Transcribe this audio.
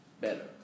better